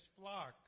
flock